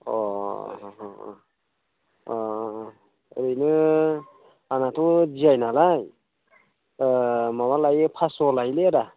अ अ अ अ ओरैनो आंनाथ' डिआइ नालाय माबा लायो पास्स' लायोलै आदा